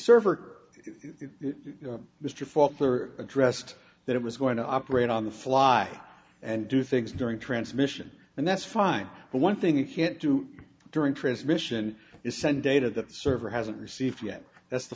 server mr fauntleroy addressed that it was going to operate on the fly and do things during transmission and that's fine but one thing you can't do during transmission is send a to the server hasn't received yet that's the